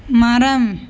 மரம்